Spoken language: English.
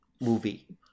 movie